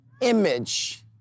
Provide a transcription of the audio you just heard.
image